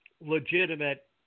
legitimate